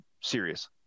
serious